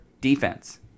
defense